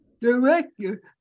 director